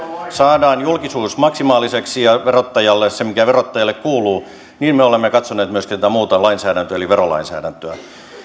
saadaan julkisuus maksimaaliseksi ja verottajalle se mikä verottajalle kuuluu niin me olemme katsoneet myöskin tätä muuta lainsäädäntöä eli verolainsäädäntöä